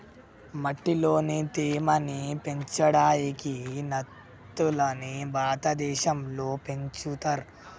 మట్టిలోని తేమ ని పెంచడాయికి నత్తలని భారతదేశం లో పెంచుతర్